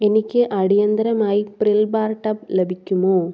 എനിക്ക് അടിയന്തിരമായി Pril bar tub ലഭിക്കുമോ